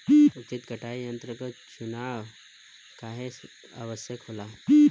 उचित कटाई यंत्र क चुनाव काहें आवश्यक होला?